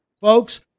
Folks